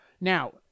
Now